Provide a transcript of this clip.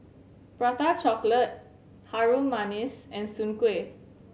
Prata Chocolate Harum Manis and Soon Kuih